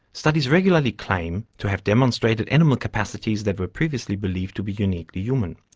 studies regularly claim to have demonstrated animal capacities that were previously believed to be uniquely human.